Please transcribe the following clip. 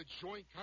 Joint